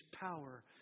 power